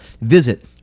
Visit